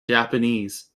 japanese